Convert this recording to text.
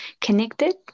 connected